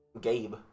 Gabe